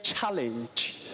challenge